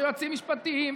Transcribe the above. ויועצים משפטיים,